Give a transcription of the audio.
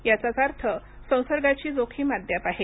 याचाच अर्थ संसर्गाची जोखीम अद्याप आहे